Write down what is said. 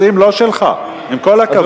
אתה מתערב בנושאים לא שלך, עם כל הכבוד.